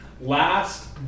last